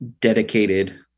dedicated